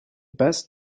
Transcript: best